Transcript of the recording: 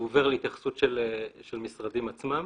הוא עובר להתייחסות של המשרדים עצמם